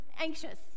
anxious